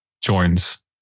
joins